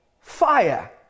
fire